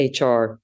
HR